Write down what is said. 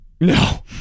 No